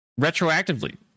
retroactively